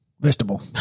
Vegetable